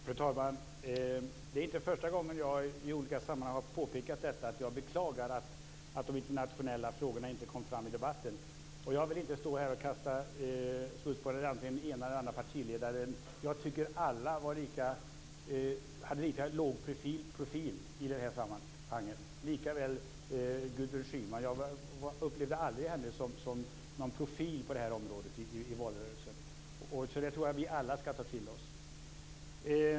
Fru talman! Det är inte första gången jag i olika sammanhang har påpekat att jag beklagar att de internationella frågorna inte kom fram i debatten. Jag vill inte stå här och kasta smuts på den ena eller andra partiledaren. Jag tycker att alla hade lika låg profil i det här sammanhanget, även Gudrun Schyman. Jag upplevde aldrig henne som någon profil på det här området i valrörelsen. Så det tror jag att vi alla skall ta till oss.